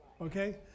Okay